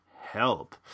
help